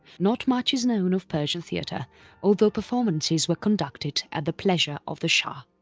not much is known of persian theatre although performances were conducted at the pleasure of the shah.